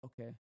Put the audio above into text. okay